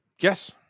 Yes